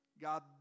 God